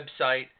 website